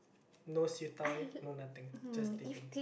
no siew dai no nothing just teh peng